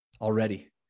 already